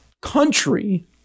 country